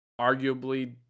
arguably